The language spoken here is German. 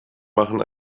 machen